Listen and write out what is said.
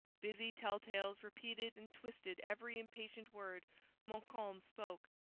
busy tell-tales repeated and twisted every impatient word montcalm spoke,